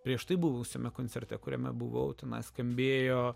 prieš tai buvusiame koncerte kuriame buvodamas skambėjo